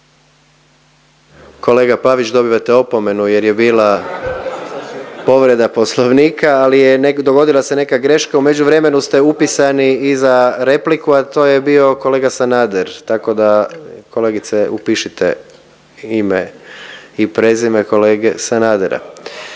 Kolega Pavić dobivate opomenu jer je bila povreda poslovnika, ali dogodila se neka greška u međuvremenu ste upisani i za repliku, a to je bio kolega Sanader tako da kolegice upišite ime i prezime kolege Sanadera.